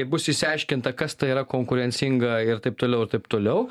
bus išsiaiškinta kas ta yra konkurencinga ir taip toliau ir taip toliau